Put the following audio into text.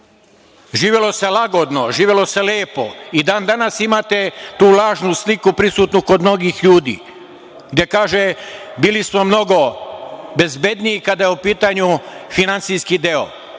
se lagodno, živelo se lepo. I dan danas imate tu lažnu sliku prisutnu kod mnogih ljudi, gde kažu – bili smo mnogo bezbedniji, kada je u pitanju finansijski deo.